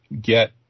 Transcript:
get